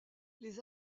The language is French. les